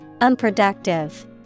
unproductive